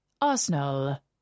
Arsenal